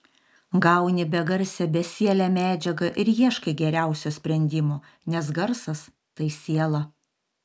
gauni begarsę besielę medžiagą ir ieškai geriausio sprendimo nes garsas tai siela